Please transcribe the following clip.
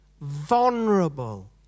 Vulnerable